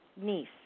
niece